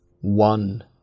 One